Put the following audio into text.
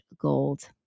gold